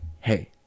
hey